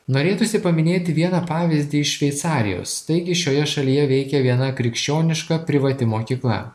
norėtųsi paminėti vieną pavyzdį iš šveicarijos taigi šioje šalyje veikia viena krikščioniška privati mokykla